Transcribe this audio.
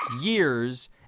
years